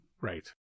right